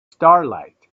starlight